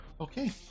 Okay